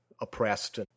oppressed